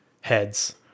heads